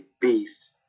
beast